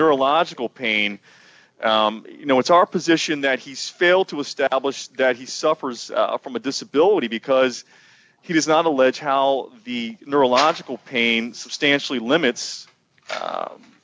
neurological pain you know it's our position that he's failed to establish that he suffers from a disability because he does not allege how the neurological pain substantially limits